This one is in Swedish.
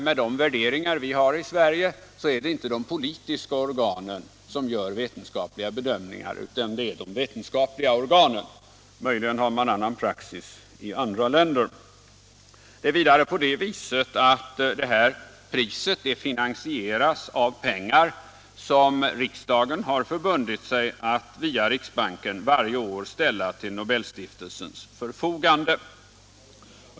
Med de värderingar vi har i Sverige är det inte de politiska organen som gör vetenskapliga bedömningar, utan det är de vetenskapliga organen; möjligen har man annan praxis i andra länder. Vidare finansieras det här priset av pengar som riksdagen har förbundit sig att via riksbanken varje år ställa till Nobelstiftelsens förfogande.